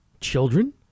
Children